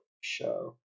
Show